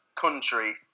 country